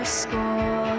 school